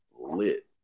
lit